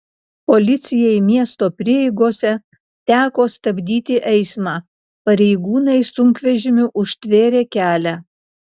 policijai miesto prieigose teko stabdyti eismą pareigūnai sunkvežimiu užtvėrė kelią